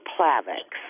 Plavix